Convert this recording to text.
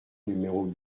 numéro